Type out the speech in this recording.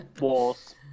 walls